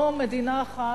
או מדינה אחת,